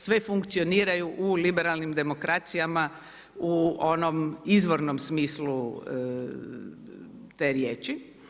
Sve funkcioniraju u liberalnim demokracijama u onom izvornom smislu te riječi.